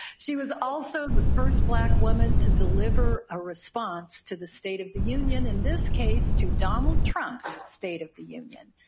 she was also the first black woman to deliver a response to the state of the union in this case to donald trump's state of the union.